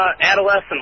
adolescent